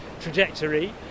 trajectory